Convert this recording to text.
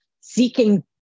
seeking